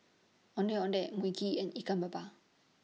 Ondeh Ondeh Mui Kee and Ikan Maba